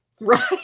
Right